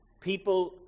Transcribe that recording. People